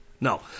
No